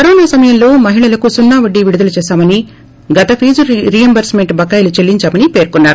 corona సమయంలో మహిళలకు సున్నా వడ్డీ విడుదల చేశామని గత ఫీజు రీయింబర్స్ మెంట్ బకాయిలు చెల్లించామని పేర్కొన్నారు